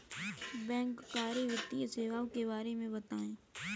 बैंककारी वित्तीय सेवाओं के बारे में बताएँ?